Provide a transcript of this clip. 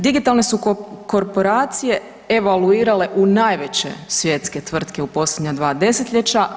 Digitalne su korporacije evaluirale u najveće svjetske tvrtke u posljednja dva desetljeća.